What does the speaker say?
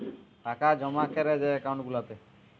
টাকা জমা ক্যরে যে একাউল্ট গুলাতে